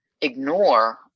ignore